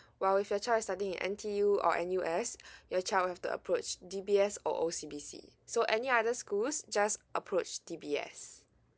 while if your child is studying in N_T_U or N_U_S your child will have to approach D_B_S or O_C_B_C so any other schools just approach D_B_S